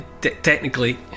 technically